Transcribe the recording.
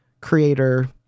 creator